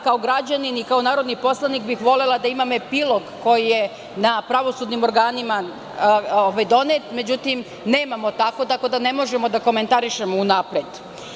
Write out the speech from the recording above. Kao građanin i kao narodni poslanik bih volela da imamo epilog koji je na pravosudnim organima donet, međutim nemamo, tako da ne možemo da komentarišemo unapred.